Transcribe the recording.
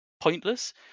pointless